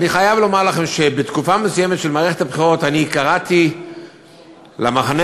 אני חייב לומר לכם שבתקופה מסוימת של מערכת הבחירות אני קראתי למחנה